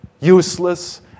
Useless